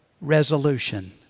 resolution